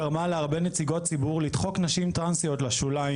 גרמו להרבה נציגות ציבור לדחוק נשים טרנסיות לשוליים.